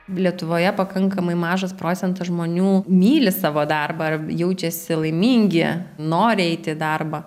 lietuvoje pakankamai mažas procentas žmonių myli savo darbą ar jaučiasi laimingi nori eiti į darbą